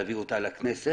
להביא אותה לכנסת.